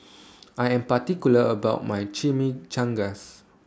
I Am particular about My Chimichangas